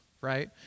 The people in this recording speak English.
right